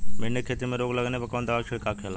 भिंडी की खेती में रोग लगने पर कौन दवा के छिड़काव खेला?